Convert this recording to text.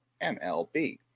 MLB